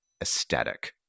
aesthetic